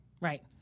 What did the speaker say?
Right